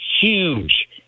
huge